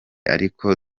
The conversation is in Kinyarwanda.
ariko